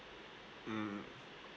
mm